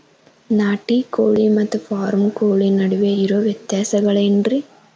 ನಾಟಿ ಕೋಳಿ ಮತ್ತ ಫಾರಂ ಕೋಳಿ ನಡುವೆ ಇರೋ ವ್ಯತ್ಯಾಸಗಳೇನರೇ?